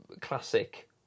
classic